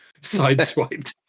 sideswiped